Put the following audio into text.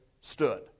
stood